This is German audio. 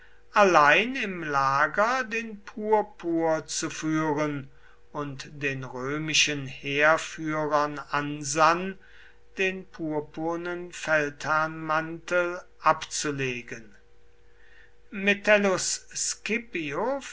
allein im lager den purpur zu führen und den römischen heerführern ansann den purpurnen feldherrnmantel abzulegen metellus